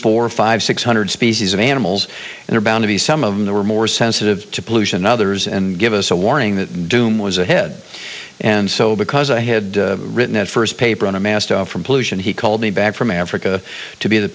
four five six hundred species of animals and are bound to be some of the are more sensitive to pollution and others and give us a warning that doom was ahead and so because i had written that first paper on a master from pollution he called me back from africa to be the